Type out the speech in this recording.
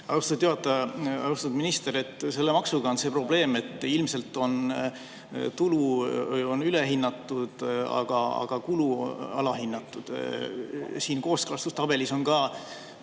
Austatud minister! Selle maksuga on see probleem, et ilmselt on tulu ülehinnatud, aga kulu alahinnatud. Kooskõlastustabelis on ka